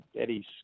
Eddie's